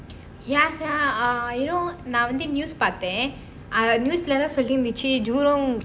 ya sia err you know நான் வந்து:naan vanthu news பார்த்தேன் அதுல என்ன சொல்லி இருந்துச்சு:paarthaen athula enna solli jurong